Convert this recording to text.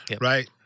right